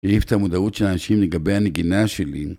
העיף את המודעות של האנשים לגבי הנגינה שלי.